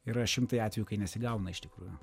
yra šimtai atvejų kai nesigauna iš tikrųjų